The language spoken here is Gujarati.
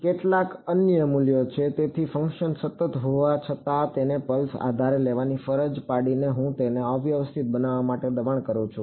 કેટલાક અન્ય મૂલ્યો તેથી ફંક્શન સતત હોવા છતાં તેને પલ્સ આધારે લેવાની ફરજ પાડીને હું તેને અવ્યવસ્થિત બનવા માટે દબાણ કરું છું